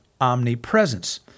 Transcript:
omnipresence